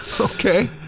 Okay